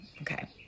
Okay